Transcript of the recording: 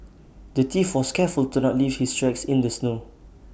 the thief was careful to not leave his tracks in the snow